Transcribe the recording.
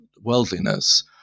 worldliness